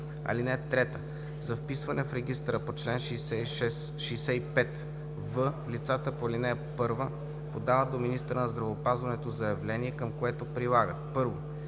(3) За вписване в регистъра по чл. 65в лицата по ал. 1 подават до министъра на здравеопазването заявление, към което прилагат: 1.